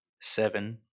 Seven